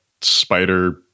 spider